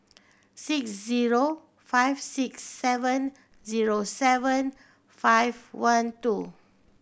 six zero five six seven zero seven five one two